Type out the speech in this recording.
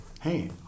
hey